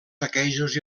saquejos